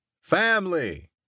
Family